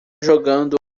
jogando